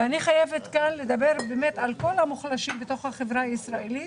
ואני חייבת כאן לדבר על כל המוחלשים בתוך החברה הישראלית,